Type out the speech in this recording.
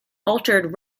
altered